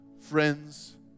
friends